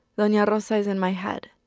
dona yeah rosa is in my head.